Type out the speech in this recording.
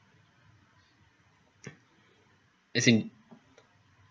as in